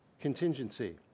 Contingency